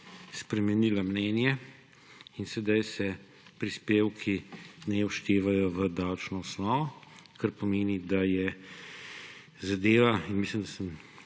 spremenila mnenje in sedaj se prispevki ne vštevajo v davčno osnovo, kar pomeni, da je zadeva – in mislim, da sem